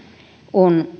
on